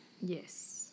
Yes